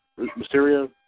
Mysterio